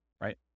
right